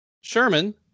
Sherman